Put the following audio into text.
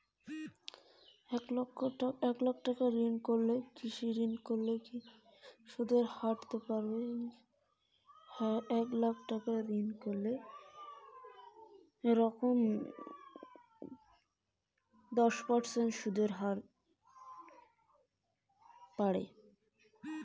এক লক্ষ টাকার কৃষি ঋণ করলে কি রকম সুদের হারহতে পারে এক বৎসরে?